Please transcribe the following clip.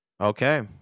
Okay